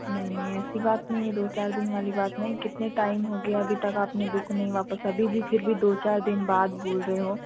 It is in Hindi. नहीं नहीं ऐसी बात नहीं है दो चार दिन वाली बात नहीं कितने टाइम हो गया अभी तक आपने बुक नहीं वापस अभी भी फिर भी दो चार दिन बाद बोल रहे हो